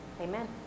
Amen